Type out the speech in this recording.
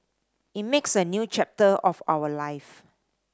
it makes a new chapter of our life